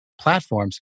platforms